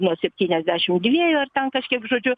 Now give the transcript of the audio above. nuo septyniasdešim dviejų ar ten kažkiek žodžiu